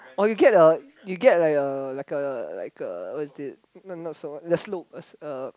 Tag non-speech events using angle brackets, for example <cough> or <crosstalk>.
or you get a you get like a like a like a what's it no no the slope uh <noise>